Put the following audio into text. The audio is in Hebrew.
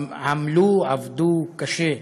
עמלו, עבדו קשה,